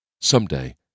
Someday